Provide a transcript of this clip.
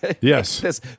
Yes